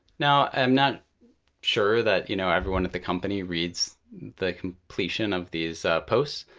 now i'm not sure that you know everyone at the company reads the completion of these posts.